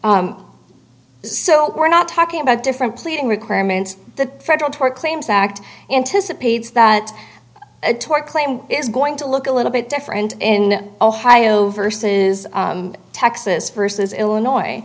so we're not talking about different pleading requirements the federal tort claims act anticipates that a tort claim is going to look a little bit different in ohio verses texas versus illinois